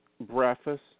breakfast